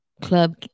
club